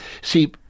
See